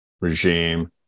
regime